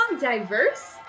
diverse